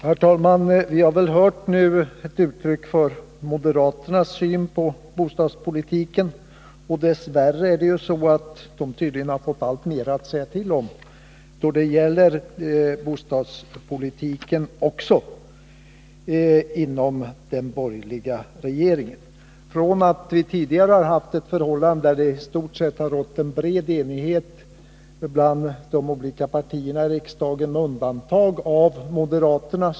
Herr talman! Det vi nu har hört är ett uttryck för moderaternas syn på bostadspolitiken. Dess värre har de tydligen fått alltmer att säga till om inom den borgerliga regeringen också då det gäller bostadspolitiken. Tidigare har det i stort sett rått en bred enighet mellan de olika partierna i riksdagen med undantag av moderaterna.